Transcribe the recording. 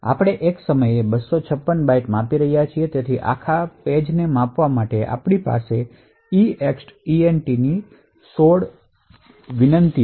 આપણે એક સમયે 256 બાઇટ્સ માપી રહ્યા છીએ તેથી આખા પેજ ને માપવા માટે આપણી પાસે EEXTEND ની 16 વિનંતીઓ છે